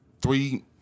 three